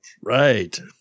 Right